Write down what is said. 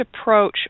approach